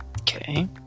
Okay